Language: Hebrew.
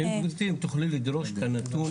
גברתי אם תוכלי לדרוש את הנתון,